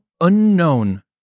unknown